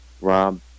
Rob